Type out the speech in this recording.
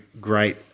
great